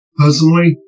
personally